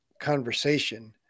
conversation